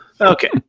Okay